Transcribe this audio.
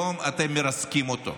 היום אתם מרסקים אותו.